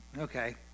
okay